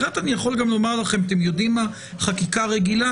אחרת אני יכול לומר לכם - חקיקה רגילה